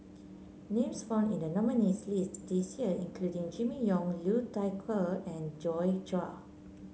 names found in the nominees' list this year include Jimmy Ong Liu Thai Ker and Joi Chua